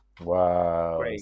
Wow